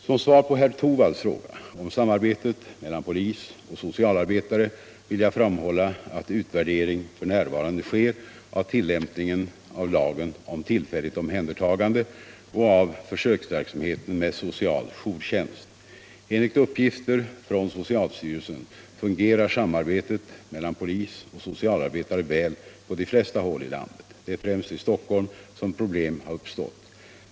Som svar på herr Torwalds fråga om samarbetet mellan polis och socialarbetare vill jag framhålla att utvärdering f. n. sker av tillämpningen av lagen om tillfälligt omhändertagande och av försöksverksamheten med social jourtjänst. Enligt uppgifter från socialstyrelsen fungerar samarbetet mellan polis och socialarbetare väl på de flesta håll i landet. Det är främst i Stockholm som problem hart uppstått.